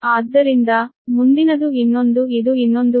ಆದ್ದರಿಂದ ಮುಂದಿನದು ಇನ್ನೊಂದು ಇದು ಇನ್ನೊಂದು ವಿಧ